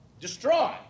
destroy